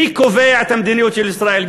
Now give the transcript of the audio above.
מי קובע את המדיניות של ישראל,